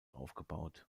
aufgebaut